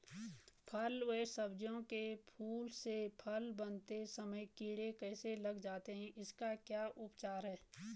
फ़ल व सब्जियों के फूल से फल बनते समय कीड़े कैसे लग जाते हैं इसका क्या उपचार है?